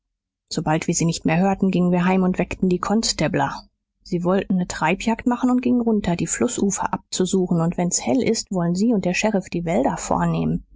sobald wir sie nicht mehr hörten gingen wir heim und weckten die konstabler sie wollten ne treibjagd machen und gingen runter die flußufer abzusuchen und wenn's hell ist woll'n sie und der sheriff die wälder vornehmen